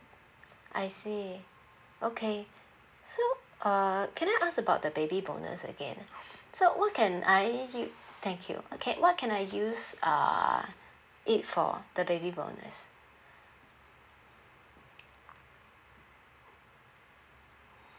I see okay so uh can I ask about the baby bonus again so what can I you thank you okay what can I use uh it for the baby bonus